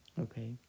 Okay